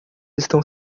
estão